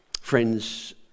friends